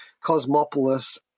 Cosmopolis